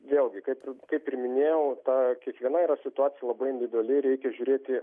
vėlgi kaip ir kaip ir minėjau ta kiekviena yra situacija labai individuali reikia žiūrėti